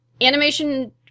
animation